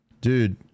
Dude